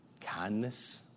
kindness